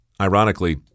Ironically